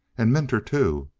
and minter, too.